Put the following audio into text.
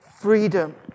freedom